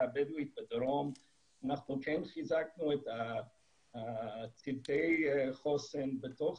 הבדואית בדרום אנחנו כן חיזקנו את צוותי חוסן בתוך